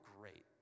great